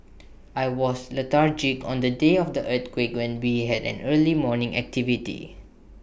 I was lethargic on the day of the earthquake when we had an early morning activity